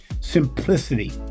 simplicity